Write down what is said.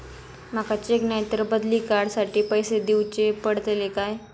माका चेक नाय तर बदली कार्ड साठी पैसे दीवचे पडतले काय?